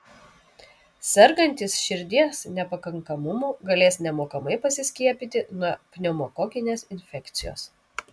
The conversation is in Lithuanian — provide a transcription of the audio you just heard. sergantys širdies nepakankamumu galės nemokamai pasiskiepyti nuo pneumokokinės infekcijos